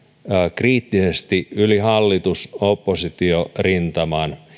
kriittisesti yli hallitus oppositio rintaman